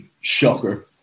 shocker